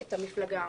את המפלגה האמורה.